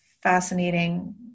fascinating